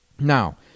Now